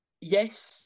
yes